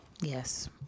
Yes